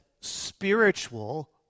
spiritual